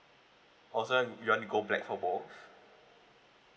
oh so you want you want to go black for both